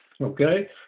okay